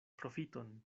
profiton